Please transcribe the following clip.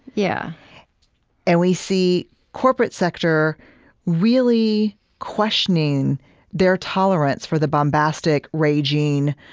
yeah and we see corporate sector really questioning their tolerance for the bombastic, raging,